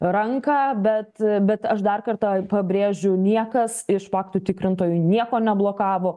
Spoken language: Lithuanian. ranką bet bet aš dar kartą pabrėžiu niekas iš faktų tikrintojų nieko neblokavo